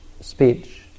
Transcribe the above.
speech